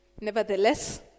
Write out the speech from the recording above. Nevertheless